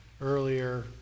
earlier